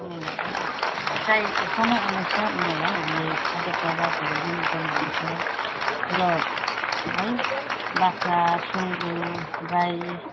उनीहरूलाई पनि चाहिएको समय अनुसार उनीहरूलाई पनि हामीले खाद्यपदार्थहरू दिनु पर्ने हुन्छ र है बाख्रा सुँगुर गाई